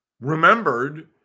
remembered